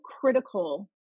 critical